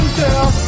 girl